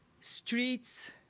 streets